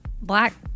Black